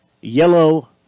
yellow